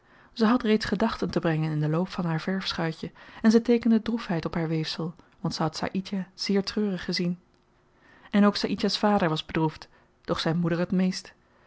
ze had reeds gedachten te brengen in den loop van haar verfschuitje en ze teekende droefheid op haar weefsel want ze had saïdjah zeer treurig gezien en ook saïdjah's vader was bedroefd doch zyn moeder het meest